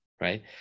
right